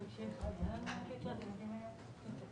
אני אייצג נאמנה את המשרד.